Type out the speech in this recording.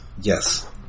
yes